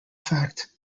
fact